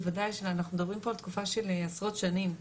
בוודאי שאנחנו מדברים פה על תקופה של עשרות שנים,